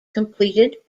completed